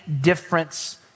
difference